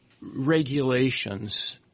regulations